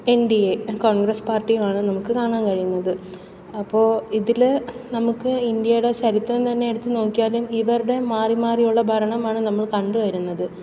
N D A Congress പാർട്ടിയുമാണ് നമുക്ക് കാണാൻ കഴിയുന്നത് അപ്പോൾ ഇതിൽ നമുക്ക് ഇന്ത്യയുടെ ചരിത്രം തന്നെ എടുത്ത് നോക്കിയാലും ഇവരുടെ മാറിമാറിയുള്ള ഭരണമാണ് നമ്മൾ കണ്ടുവരുന്നത്